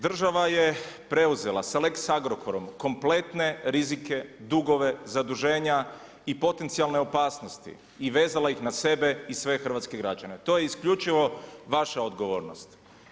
Država je preuzela, sa lex Agrokorom, kompletne rizike, dugove zaduženja i potencijalne opasnosti i vezala ih na sebe i svoje hrvatske građane, to je isključivo vaša odgovornost.